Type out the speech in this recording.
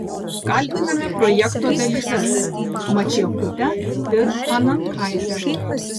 kalbiname projekto dalyves mačiekutę ir anankaitę